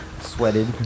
sweated